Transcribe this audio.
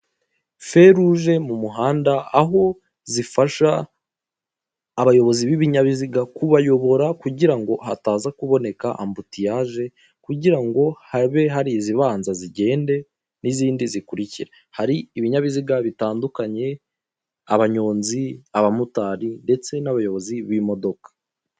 Feruje mu muhanda aho zifasha abayobozi b'ibinyabiziga kubayobora kugira ngo hataza kuboneka ambutiyaje kugira ngo habe hari izibanza zigende n'izindi zikurikire, hari ibinyabiziga bitandukanye abanyonzi, abamotari ndetse n'abayobozi b'imodoka.